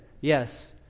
Yes